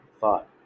thought